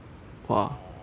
err her